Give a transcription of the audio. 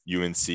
UNC